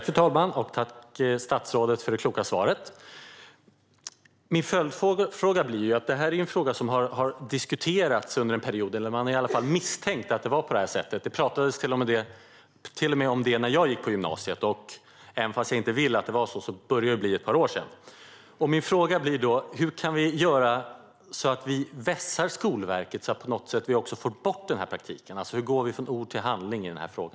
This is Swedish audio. Fru talman! Tack, statsrådet, för det kloka svaret! Jag har en följdfråga. Detta är något som har diskuterats under en period, eller man har i alla fall misstänkt att det är på det här sättet. Det pratades om det till och med när jag gick på gymnasiet, vilket börjar bli ett par år sedan, även om jag inte vill att det ska vara så. Min fråga är: Hur kan vi göra så att Skolverket vässas så att vi får bort det som sker i praktiken? Alltså: Hur går vi från ord till handling i denna fråga?